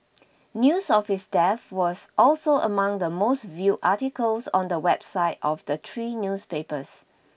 news of his death was also among the most viewed articles on the website of the three newspapers